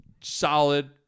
solid